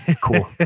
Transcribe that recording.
Cool